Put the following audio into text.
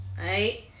right